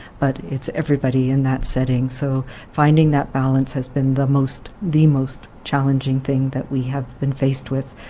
but it's everybody in that setting. so finding that balance has been the most the most challenging thing that we have been faced with.